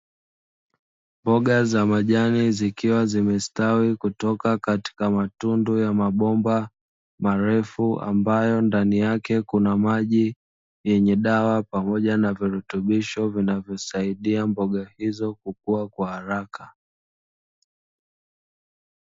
Mboga za majani zikiwa zimestawi kutoka katika matundu ya mabomba marefu, ambayo ndani yake kuna maji yenye dawa pamoja na virutubisho vinavyosaidia mboga hizo kukua kwa haraka.